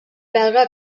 belga